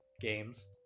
games